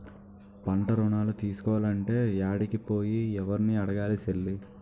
పంటరుణాలు తీసుకోలంటే యాడికి పోయి, యెవుర్ని అడగాలి సెల్లీ?